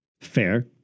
Fair